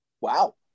Wow